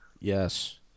Yes